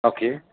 okay